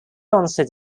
onstage